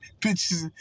Bitches